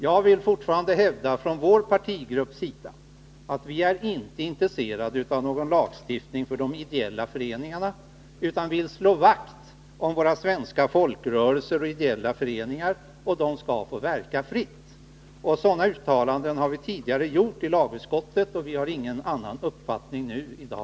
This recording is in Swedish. Jag vill fortfarande hävda att från vår partigrupps sida är vi inte intresserade av någon lagstiftning för de ideella föreningarna, utan vi vill slå vakt om våra svenska folkrörelser och ideella föreningar. De skall få verka fritt. Sådana uttalanden har vi gjort tidigare i lagutskottet, och vi har ingen annan uppfattning i dag.